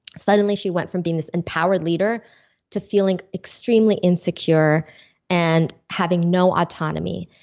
suddenly she went from being this empowered leader to feeling extremely insecure and having no autonomy.